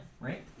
right